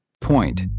Point